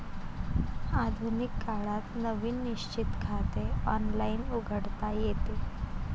आधुनिक काळात नवीन निश्चित खाते ऑनलाइन उघडता येते